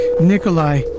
Nikolai